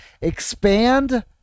expand